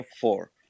four